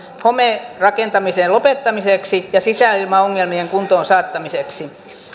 homerakentamisen lopettamiseksi ja sisäilmaongelmien kuntoonsaattamiseksi